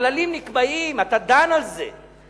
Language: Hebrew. הכללים נקבעים, אתה דן על זה.